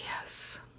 yes